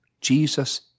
Jesus